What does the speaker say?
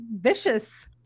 vicious